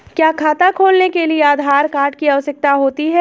क्या खाता खोलने के लिए आधार कार्ड की आवश्यकता होती है?